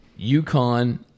UConn